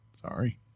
Sorry